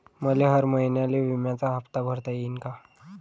मले हर महिन्याले बिम्याचा हप्ता भरता येईन का?